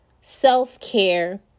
self-care